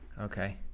okay